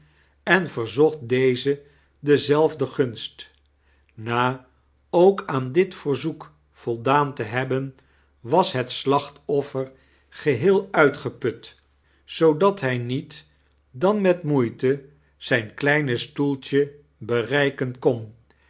en verzocht deze dezelfde gunst na ook aan dit verzoek voldaan te hebben was het slachtoffer geheel uitgeput zoodat hij niet dan met moeite zijn kleine stoeltje bereiken kon